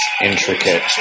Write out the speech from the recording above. intricate